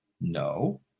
No